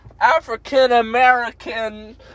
African-American